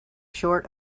short